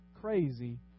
crazy